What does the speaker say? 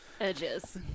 edges